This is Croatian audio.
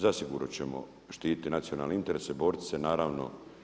Zasigurno ćemo štiti nacionalne interese, boriti se naravno.